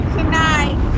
tonight